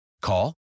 Call